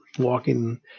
walking